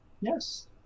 Yes